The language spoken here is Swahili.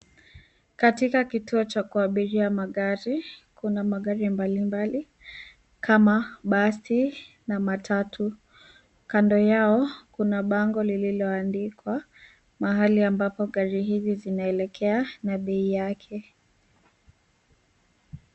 Katika kituo cha kuabiria magari, kuna magari mbalimbali kama basi na matatu. Kando yao kuna bango lililoandikwa mahali ambapo gari hizi zinaelekea na bei yake.